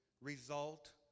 Result